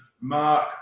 Mark